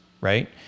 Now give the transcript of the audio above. right